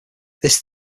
this